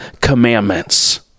commandments